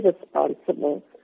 responsible